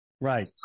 Right